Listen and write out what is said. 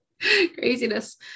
craziness